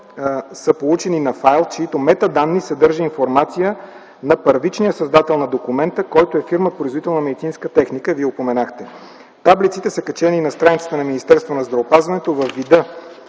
са получени на файл, чиито метаданни съдържа информация на първичния създател на документа, който е фирма-производител на медицинска техника – Вие я упоменахте. Таблиците са качени на страницата на Министерството на здравеопазването във вида,